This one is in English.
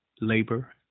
labor